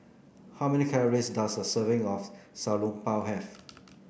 how many calories does a serving of Xiao Long Bao have